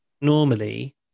Normally